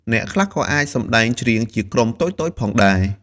អ្នកខ្លះក៏អាចសម្ដែងច្រៀងជាក្រុមតូចៗផងដែរ។